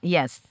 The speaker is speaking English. Yes